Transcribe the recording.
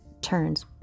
turns